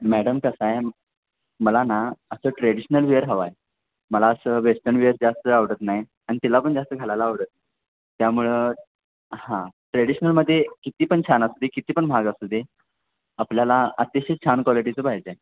madam कसं आहे मला ना असं ट्रॅडिशनल वेअर हवं आहे मला असं वेस्टन वेअर जास्त आवडत नाही आणि तिला पण जास्त घालायला आवडतं त्यामुळं हां ट्रॅडिशनलमध्ये किती पण छान असू दे किती पण महाग असू दे आपल्याला अतिशय छान क्वालिटीचं पाहिजे आहे